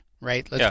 right